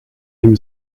him